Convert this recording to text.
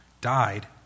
died